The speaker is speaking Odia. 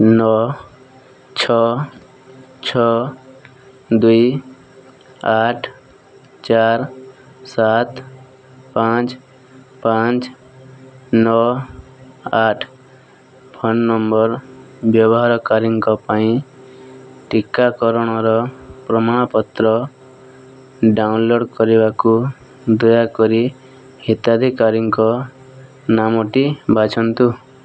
ନଅ ଛଅ ଛଅ ଦୁଇ ଆଠ ଚାର ସାତ ପାଞ୍ଚ ପାଞ୍ଚ ନଅ ଆଠ ଫୋନ୍ ନମ୍ବର୍ ବ୍ୟବହାରକାରୀଙ୍କ ପାଇଁ ଟିକାକରଣର ପ୍ରମାଣପତ୍ର ଡାଉନଲୋଡ଼୍ କରିବାକୁ ଦୟାକରି ହିତାଧିକାରୀଙ୍କ ନାମଟି ବାଛନ୍ତୁ